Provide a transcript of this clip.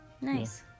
Nice